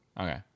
Okay